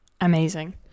amazing